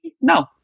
No